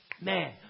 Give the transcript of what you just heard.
man